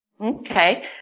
Okay